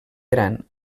gran